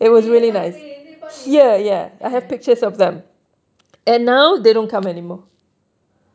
ni depan ni eh